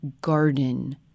garden